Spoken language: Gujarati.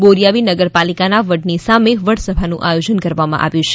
બોરીઆવી નગરપાલિકાના વડની સામે વડસભાનું આયોજન કરવામાં આવ્યું છે